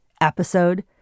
episode